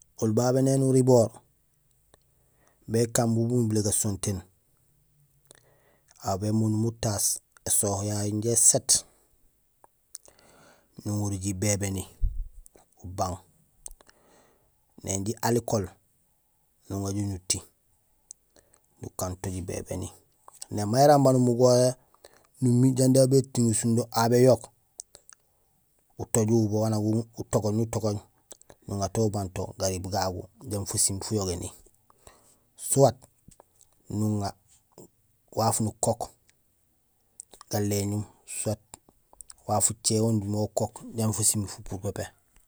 Oli babé néni uriboor kaan bun ubilé gasontéén; aw bémundum utaas ésoho yayu jaraam éséét, nuŋorul jibébéni ubang; néni ji alcool nuŋa jo nuti, nukanto jibébéni. Néni may néramba numugoré numiir jandi aw bétiŋul sindo aw béyook, utooj uwubo waan nak utogooñ utogooñ nuŋa to ubang to gariib gagu jambi fusiim fuyogéni. Soit nuŋa waaf nukook galéñun wala waaf ucé waan ujuhé ukook jambi fafu fupuur pépé.